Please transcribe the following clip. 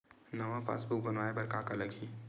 नवा पासबुक बनवाय बर का का लगही?